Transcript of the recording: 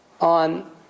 on